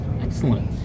Excellent